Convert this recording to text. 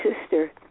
sister